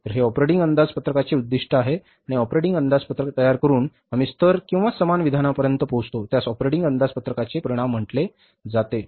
तर हे ऑपरेटिंग अंदाजपत्रकाचे उद्दीष्ट आहे आणि ऑपरेटिंग अंदाजपत्रक तयार करून आम्ही स्तर किंवा समान विधानापर्यंत पोचतो ज्यास ऑपरेटिंग अंदाजपत्रकाचे परिणाम म्हटले जाते